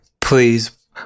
please